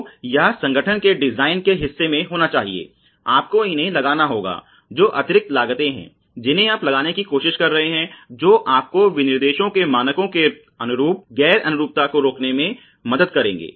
तो यह संगठन के डिजाइन के हिस्से में होना चाहिए आपको इन्हें लगाना होगा जो अतिरिक्त लागतें हैं जिन्हें आप लगाने की कोशिश कर रहे हैं जो आपको विनिर्देशों के मानकों के अनुरूप गैर अनुरूपता को रोकने में मदद करेंगे